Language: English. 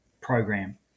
program